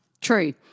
True